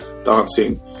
Dancing